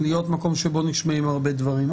להיות מקום שבו נשמעים הרבה דברים.